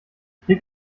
krieg